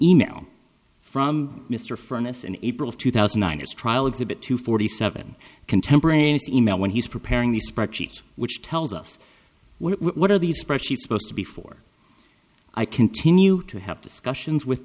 e mail from mr furnace in april of two thousand nine hundred trial exhibit two forty seven contemporaneous e mail when he's preparing the spreadsheet which tells us what what are these spreadsheets supposed to be for i continue to have discussions with